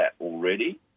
already